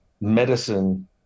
medicine